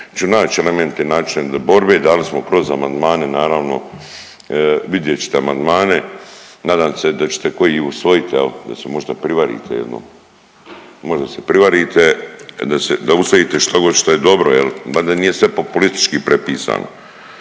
ću nać elemente i načine borbe dali smo kroz amandmane naravno vidjet ćete amandmane, nadam se da ćete koji i usvojit da se možda privarite jednom. Možda se privarite da usvojite štogod što je dobro jel, mada nije sve populistički prepisano.